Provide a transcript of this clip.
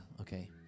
okay